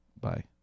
Bye